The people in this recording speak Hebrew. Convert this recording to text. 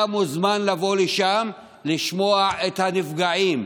אתה מוזמן לבוא לשם לשמוע את הנפגעים,